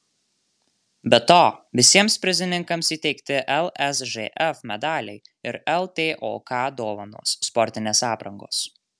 be to visiems prizininkams įteikti lsžf medaliai ir ltok dovanos sportinės aprangos